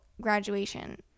graduation